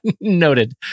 Noted